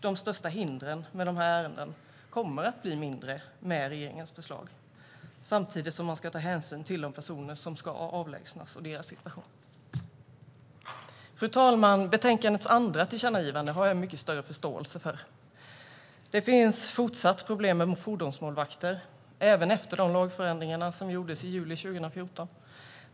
De största hindren med de här ärendena kommer att bli mindre med regeringens förslag samtidigt som man ska ta hänsyn till de personer som ska avlägsnas och deras situation. Fru talman! Betänkandets andra tillkännagivande har jag mycket större förståelse för. Det finns problem med fordonsmålvakter även efter de lagförändringar som gjordes i juli 2014.